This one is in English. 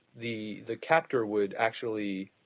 the the captor would actually,